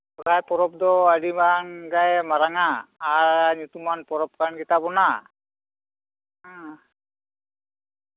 ᱥᱚᱨᱦᱟᱭ ᱯᱚᱨᱚᱵᱽ ᱫᱚ ᱟᱹᱰᱤ ᱜᱟᱱ ᱜᱮ ᱢᱟᱨᱟᱝᱼᱟ ᱟᱨ ᱧᱩᱛᱩᱢᱟᱱ ᱯᱚᱨᱚᱵ ᱠᱟᱱ ᱜᱮᱛᱟᱵᱚᱱᱟ